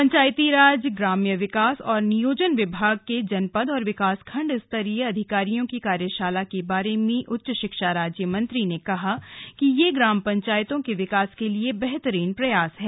पंचायतीराज ग्राम्य विकास और नियोजन विभाग के जनपद और विकासखण्ड स्तरीय अधिकारियों की कार्यशाला के बारे में उच्च शिक्षा राज्य मंत्री ने कहा कि यह ग्राम पंचायतों के विकास के लिए बेहतरीन प्रयास है